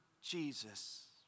Jesus